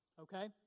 okay